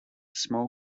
small